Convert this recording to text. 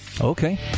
Okay